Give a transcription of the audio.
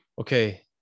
Okay